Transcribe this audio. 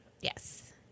Yes